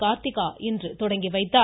கார்த்திகா இன்று தொடங்கி வைத்தார்